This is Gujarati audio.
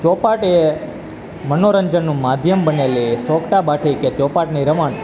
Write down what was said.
ચોપાટ એ મનોરંજનનું માધ્યમ બનેલી સોગટા બાજી કે ચોપાટની રમત